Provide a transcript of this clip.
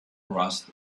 rust